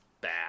bad